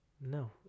No